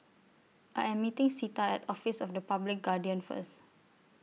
I Am meeting Zeta At Office of The Public Guardian First